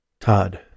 Todd